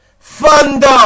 thunder